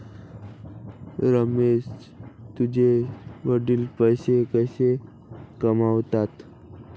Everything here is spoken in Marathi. रमेश तुझे वडील पैसे कसे कमावतात?